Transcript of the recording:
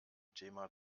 thema